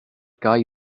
gau